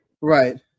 right